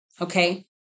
Okay